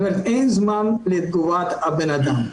זאת אומרת, אין זמן לתגובת הבן-אדם.